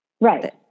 right